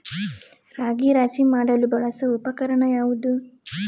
ರಾಗಿ ರಾಶಿ ಮಾಡಲು ಬಳಸುವ ಉಪಕರಣ ಯಾವುದು?